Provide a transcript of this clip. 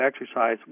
exercise